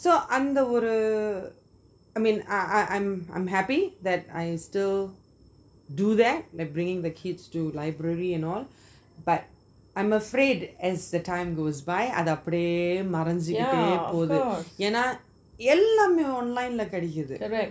so அந்த ஒரு:antha oru I mean I I I'm happy that I still do that like bringing the kids to library and all but I'm afraid as the time goes by அது அப்பிடியே மறஞ்சிகிட்டேய் பொது என்ன எல்லாமே:athu apidiyae maranjikitey pothu enna ellamey online lah கிடைக்கிது:kedaikithu